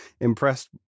impressed